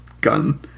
gun